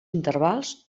intervals